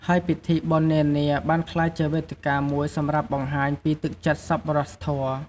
ហើយពិធីបុណ្យនានាបានក្លាយជាវេទិកាមួយសម្រាប់បង្ហាញពីទឹកចិត្តសប្បុរសធម៌។